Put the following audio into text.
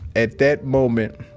at that moment,